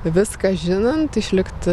viską žinant išlikti